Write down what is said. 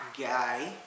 guy